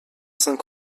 cinq